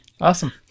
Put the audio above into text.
Awesome